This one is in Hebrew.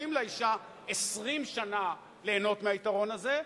נותנים לאשה 20 שנה ליהנות מהיתרון הזה,